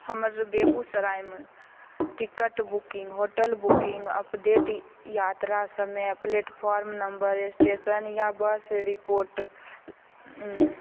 हमर बेगुसरायमे ticket booking hotel booking update यात्रा समय प्लेटफॉर्म नम्बर एस्टेशन या बस रिपोर्ट